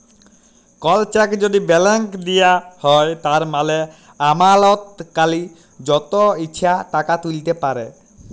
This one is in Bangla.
কল চ্যাক যদি ব্যালেঙ্ক দিঁয়া হ্যয় তার মালে আমালতকারি যত ইছা টাকা তুইলতে পারে